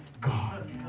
God